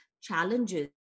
challenges